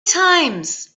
times